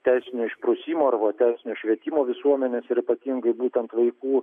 teisinio išprusimo arba teisinio švietimo visuomenės ir ypatingai būtent vaikų